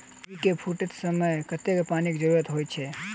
कोबी केँ फूटे समय मे कतेक पानि केँ जरूरत होइ छै?